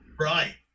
Right